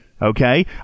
Okay